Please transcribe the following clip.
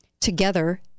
together